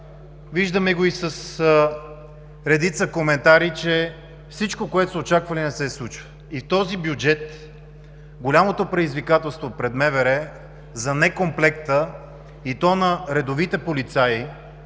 виждаме го и с редица коментари, че всичко, което се очаква, не се случва. С този бюджет голямото предизвикателство пред МВР за некомплекта и то на редовите полицаи,